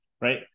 right